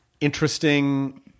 interesting